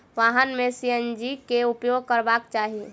वाहन में सी.एन.जी के उपयोग करबाक चाही